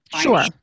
Sure